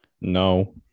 No